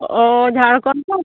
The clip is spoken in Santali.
ᱚᱻ ᱡᱷᱟᱲᱠᱚᱸᱰ ᱠᱷᱚᱱ